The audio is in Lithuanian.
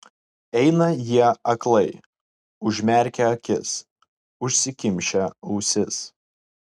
eina jie aklai užmerkę akis užsikimšę ausis